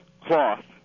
cloth